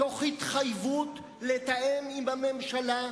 בהתחייבות לתאם עם הממשלה,